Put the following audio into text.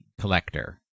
collector